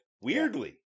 weirdly